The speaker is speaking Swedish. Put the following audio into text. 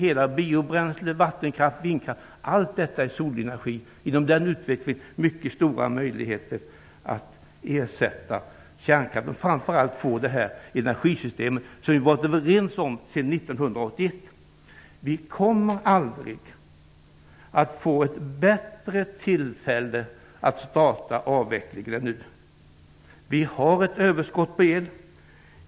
Alltsammans -- Där har vi mycket stora möjligheter att ersätta kärnkraft och framför allt få det energisystem som vi tidigare varit överens om sedan 1981. Vi kommer aldrig att få ett bättre tillfälle att starta avvecklingen än nu. Vi har ett överskott på el.